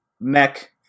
mech